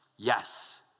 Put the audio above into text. Yes